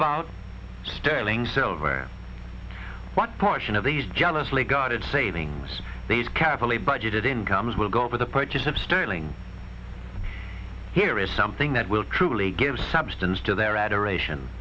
about sterling silver what portion of these jealously guarded savings these carefully budgeted incomes will go for the purchase of sterling here is something that will truly give substance to their adoration